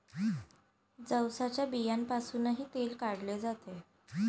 जवसाच्या बियांपासूनही तेल काढले जाते